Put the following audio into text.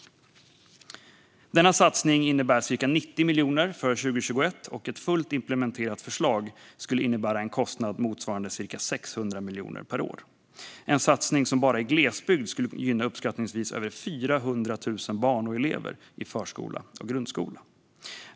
Denna satsning innebär cirka 90 miljoner för 2021, och ett fullt implementerat förslag skulle innebära en kostnad motsvarande cirka 600 miljoner per år. Det är en satsning som bara i glesbygd skulle gynna uppskattningsvis över 400 000 barn och elever i förskola och grundskola.